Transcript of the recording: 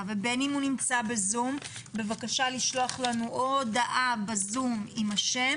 ובין אם הוא ב-זום בבקשה לשלוח לנו או הודעה ב-זום עם השם